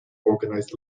organized